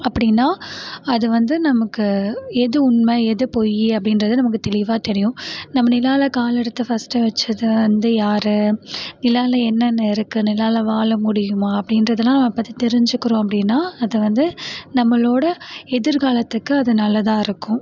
அப்படினா அது வந்து நமக்கு எது உண்மை எது பொய் அப்படின்றத நமக்கு தெளிவாக தெரியும் நம்ம நிலாவில் கால் எடுத்து ஃபர்ஸ்ட் வச்சது வந்து யார் நிலாவில் என்னென்ன இருக்கு நிலாவில் வாழ முடியுமா அப்படின்றதுலாம் பற்றி தெரிஞ்சுக்கறோம் அப்படினா அது வந்து நம்மளோடய எதிர்காலத்துக்கு அது நல்லதாகருக்கும்